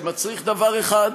זה מצריך דבר אחד.